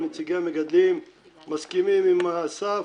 נציגי המגדלים מסכימים אם אסף,